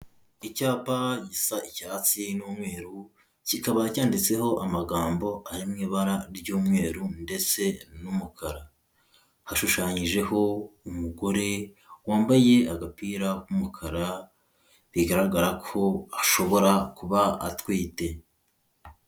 Icyapa gisa icyatsi n'umweru kikaba cyanditseho amagambo ari mu ibara ry'umweru ndetse n'umukara. Hashushanyijeho umugore wambaye agapira k'umukara bigaragara ko ashobora kuba atwite.